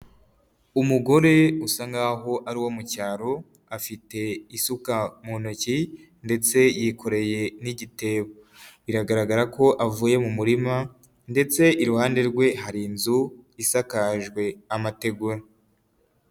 Umugore usa nkaho ari uwo mu cyaro, afite isuka mu ntoki ndetse yikoreye n'igitebo. Biragaragara ko avuye mu murima ndetse iruhande rwe hari inzu isakajwe amategura.